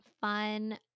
fun